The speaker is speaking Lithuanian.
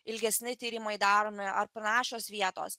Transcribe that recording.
ilgesni tyrimai daromi ar prašosi vietos